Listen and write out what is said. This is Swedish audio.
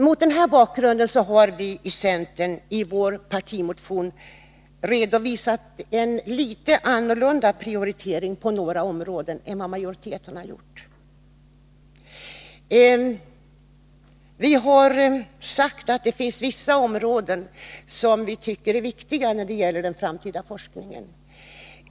Mot denna bakgrund har centern i sin partimotion redovisat en något annorlunda prioritering på några områden än majoriteten. Vi har sagt att det finns vissa områden som vi tycker är viktiga när det gäller den framtida forskningen.